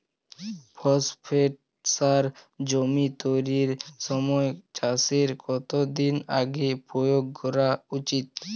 Phosphate সার জমি তৈরির সময় চাষের কত দিন আগে প্রয়োগ করা উচিৎ?